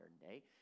day